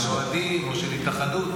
של אוהדים או של התאחדות,